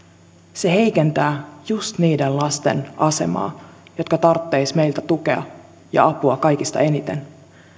se heikentää just niiden lasten asemaa jotka tarvitsisivat meiltä tukea ja apua kaikista eniten